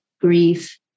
grief